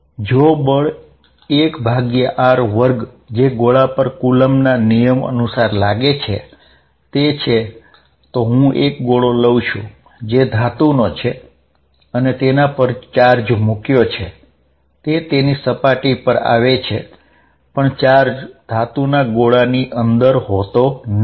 જો ગોળા પર બળ 1r2 અનુસાર લાગે જે કુલમ્બના નિયમ મુજબ છે તો હુ એક ગોળો લઉ છું જે ધાતુનો છે અને તેના પર ચાર્જ મુક્યો છે તે તેની સપાટી પર આવે છે પણ ચાર્જ ધાતુના ગોળાની અંદર હોતો નથી